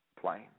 plane